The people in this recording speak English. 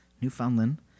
Newfoundland